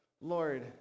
Lord